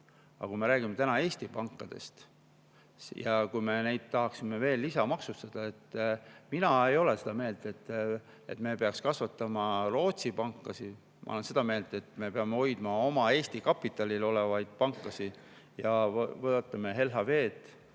Aga kui me räägime Eesti pankadest ja kui me neid tahaksime veel maksustada … Mina ei ole seda meelt, et me peaks kasvatama Rootsi pankasid. Ma olen seda meelt, et me peame hoidma oma Eesti kapitalil olevaid pankasid. Vaatame LHV-d,